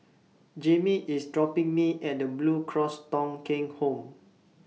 Jayme IS dropping Me At The Blue Cross Thong Kheng Home